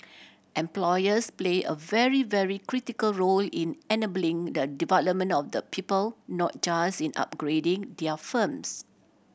employers play a very very critical role in enabling the development of the people not just in upgrading their firms